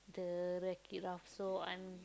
the Wreck It Ralph so I'm